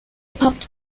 poppt